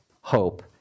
hope